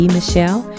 Michelle